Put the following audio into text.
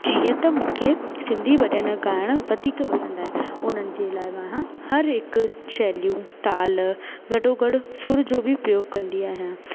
जीअं त मूंखे सिंधी भॼन ॻाइणु वधीक पसंदि आहे उन्हनि जे इलावा हर हिकु शैलियूं ताल गॾो गॾु सुर जो बि प्रयोग कंदी आहियां